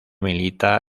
milita